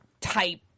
type